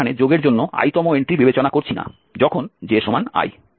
আমরা সেখানে যোগের জন্য i তম এন্ট্রি বিবেচনা করছি না যখন j i